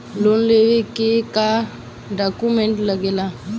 Loan लेवे के का डॉक्यूमेंट लागेला?